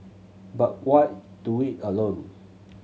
but why do it alone